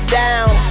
down